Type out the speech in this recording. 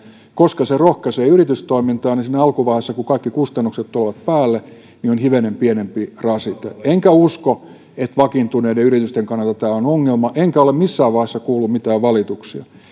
koska se rohkaisee yritystoimintaan ja siinä alkuvaiheessa kun kaikki kustannukset tulevat päälle se on hivenen pienempi rasite en usko että vakiintuneiden yritysten kannalta tämä on ongelma enkä ole missään vaiheessa kuullut mitään valituksia